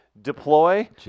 Deploy